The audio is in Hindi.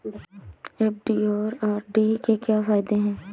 एफ.डी और आर.डी के क्या फायदे हैं?